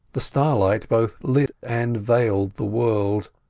the starlight both lit and veiled the world,